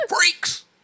freaks